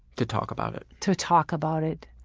to talk about it? to talk about it.